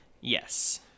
Yes